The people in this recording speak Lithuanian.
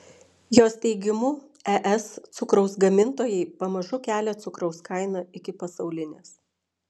jos teigimu es cukraus gamintojai pamažu kelia cukraus kainą iki pasaulinės